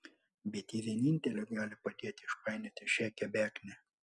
bet ji vienintelė gali padėti išpainioti šią kebeknę